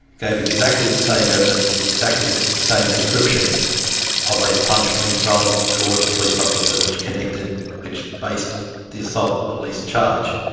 gave exactly the same evidence, exactly the same description of a punch being thrown towards a police officer which connected which based the assault police charge.